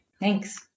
Thanks